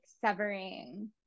severing